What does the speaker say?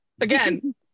Again